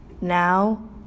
Now